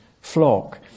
flock